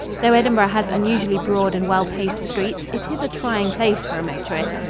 though edinburgh has unusually broad and well paved streets, it is a trying place for a motorist.